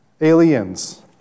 Aliens